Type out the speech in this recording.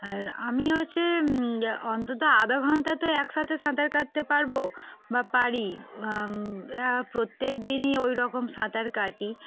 আর আমি হচ্ছে অন্তত আধ ঘণ্টা তো একসাথে সাঁতার কাটতে পারবো বা পারি প্রত্যেক দিনই ওইরকম সাঁতার কাটি